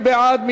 מי בעד?